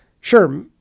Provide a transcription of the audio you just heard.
Sure